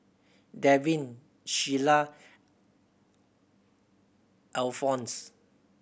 Devin Shiela Alphons